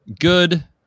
Good